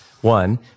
one